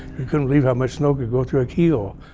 you couldn't believe how much snow could go through a keyhole.